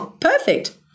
Perfect